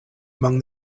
among